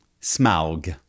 smog